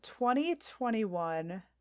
2021